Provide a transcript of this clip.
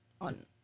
on